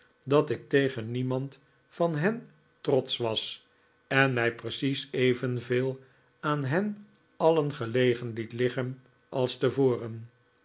dat ik tegen niemand van hen trotsch was en mij precies evenveel aan hen alien gelegen met liggen als tevoren